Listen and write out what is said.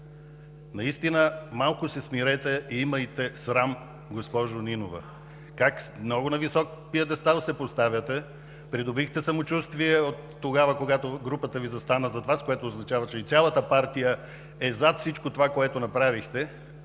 затвор. Малко се смирете и имайте срам, госпожо Нинова. На много висок пиедестал се поставяте, придобихте самочувствие от тогава, когато групата Ви застана зад Вас, което означава, че и цялата партия е зад всичко това, което направихте